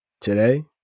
today